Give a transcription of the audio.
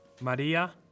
Maria